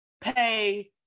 Pay